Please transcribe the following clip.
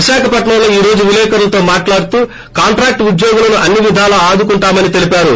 విశాఖపట్స ంలో ఈ రోజు విలేకరులతో మాట్లాడుతూ కాంట్రాక్ష్ ఉద్యోగులను అన్ని విధాలా ఆదుకుంటామని తెలిపారు